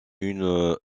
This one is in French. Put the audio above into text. une